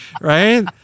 Right